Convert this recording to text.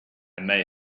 may